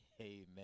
Amen